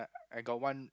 I I got one